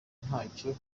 ntacyo